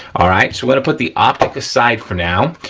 all right, so we're gonna put the optic aside for now.